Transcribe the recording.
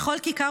בכל כיכר,